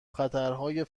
خطرهای